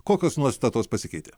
kokios nuostatos pasikeitė